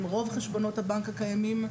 הם רוב חשבונות הבנק הקיימים,